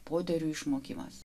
poterių išmokimas